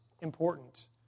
important